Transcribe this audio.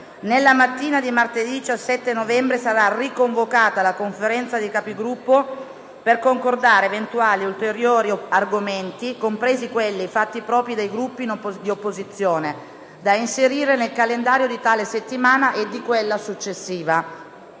Nella mattina dì martedì 17 novembre sarà riconvocata la Conferenza dei Capigruppo per concordare eventuali ulteriori argomenti - compresi quelli fatti propri dai Gruppi di opposizione - da inserire nel calendario di tale settimana e di quella successiva.